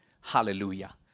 Hallelujah